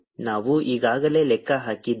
ನಾವು ಈಗಾಗಲೇ ಲೆಕ್ಕ ಹಾಕಿದ್ದೇವೆ